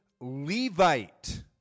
Levite